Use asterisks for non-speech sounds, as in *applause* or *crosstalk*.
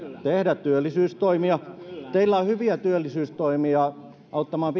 tehdä työllisyystoimia teillä on hyviä työllisyystoimia auttamaan *unintelligible*